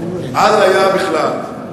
אז היה בכלל.